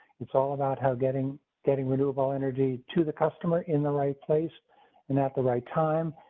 it's all about how getting getting renewable energy to the customer in the right place and at the right time.